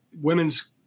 women's